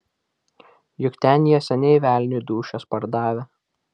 juk ten jie seniai velniui dūšias pardavę